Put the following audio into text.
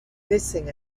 missing